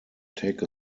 take